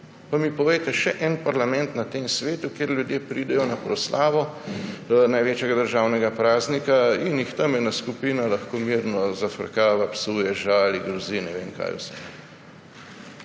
Pa mi povejte za še en parlament na tem svetu, kjer ljudje pridejo na proslavo največjega državnega praznika in jih tam ena skupina lahko mirno zafrkava, psuje, žali, jim grozi, ne vem, kaj vse.